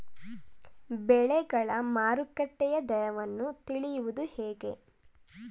ಬೆಳೆಗಳ ಮಾರುಕಟ್ಟೆಯ ದರವನ್ನು ತಿಳಿಯುವುದು ಹೇಗೆ?